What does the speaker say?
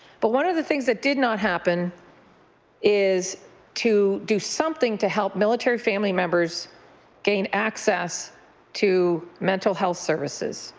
but one of the things that did not happen is to do something to help military family members gain access to mental health services,